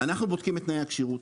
אנחנו בודקים את תנאי הכשירות,